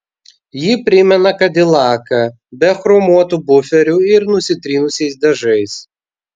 ji primena kadilaką be chromuotų buferių ir nusitrynusiais dažais